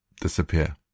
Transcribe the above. disappear